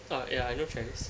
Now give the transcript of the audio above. ah ya I know travis